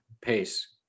pace